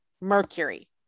Mercury